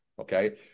Okay